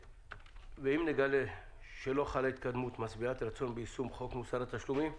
ואם נגלה שלא חלה התקדמות משביעת רצון ביישום חוק מוסר התשלומים,